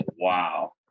wow